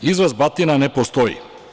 Izraz „batina“ ne postoji.